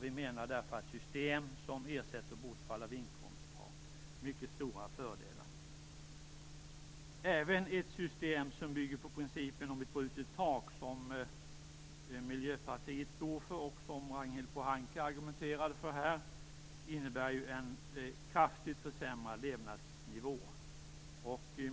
Vi menar därför att system som ersätter bortfall av inkomst har mycket stora fördelar. Även ett system som bygger på principen om ett brutet tak, som Miljöpartiet står för och som Ragnhild Pohanka argumenterade för, innebär en kraftigt försämrad levnadsnivå.